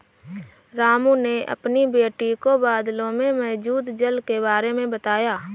रामू ने अपनी बेटी को बादलों में मौजूद जल के बारे में बताया